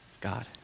God